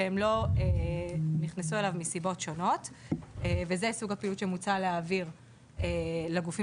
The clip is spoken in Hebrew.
וזה סוג הפעילות שמוצע להעביר לגופים